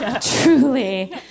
Truly